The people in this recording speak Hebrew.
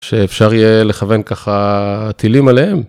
שאפשר יהיה לכוון ככה טילים עליהם.